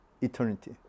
eternity